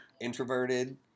introverted